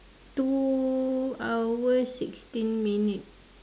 two hour sixteen minute